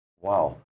Wow